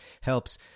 helps